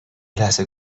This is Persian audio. لحظه